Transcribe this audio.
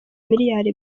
miliyari